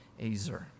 azer